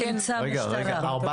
חובה.